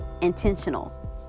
Intentional